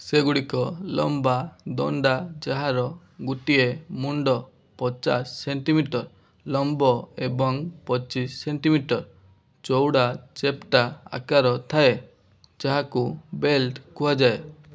ସେଗୁଡ଼ିକ ଲମ୍ବା ଦଣ୍ଡା ଯାହାର ଗୋଟିଏ ମୁଣ୍ଡ ପଚାଶ ସେଣ୍ଟିମିଟର ଲମ୍ବ ଏବଂ ପଚିଶ ସେଣ୍ଟିମିଟର ଚଉଡ଼ା ଚେପ୍ଟା ଆକାରର ଥାଏ ଯାହାକୁ ବ୍ଲେଟ୍ କୁହାଯାଏ